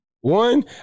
One